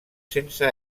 sense